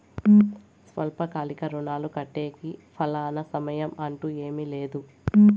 స్వల్పకాలిక రుణాలు కట్టేకి ఫలానా సమయం అంటూ ఏమీ లేదు